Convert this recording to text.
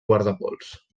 guardapols